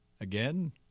Again